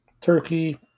Turkey